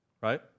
right